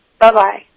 Bye-bye